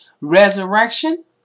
resurrection